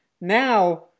Now